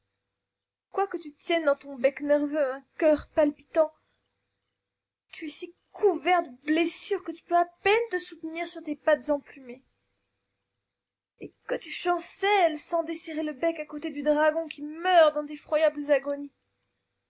quoique tu tiennes dans ton bec nerveux un coeur palpitant tu es si couvert de blessures que tu peux à peine te soutenir sur tes pattes emplumées et que tu chancelles sans desserrer le bec à côté du dragon qui meurt dans d'effroyables agonies